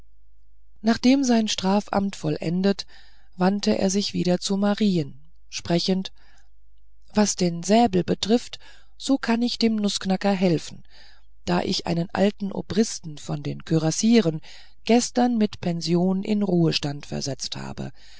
nachdem er sein strafamt vollendet wandte er sich wieder zu marien sprechend was den säbel betrifft so kann ich dem nußknacker helfen da ich einen alten obristen von den kürassiers gestern mit pension in ruhestand versetzt habe